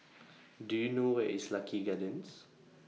Do YOU know Where IS Lucky Gardens